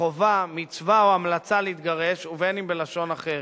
חובה, מצווה או המלצה להתגרש ואם בלשון אחרת.